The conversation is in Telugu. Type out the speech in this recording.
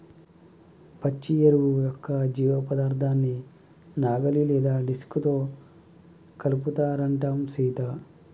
పచ్చి ఎరువు యొక్క జీవపదార్థాన్ని నాగలి లేదా డిస్క్ తో కలుపుతారంటం సీత